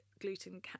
gluten